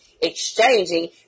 exchanging